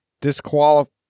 disqualify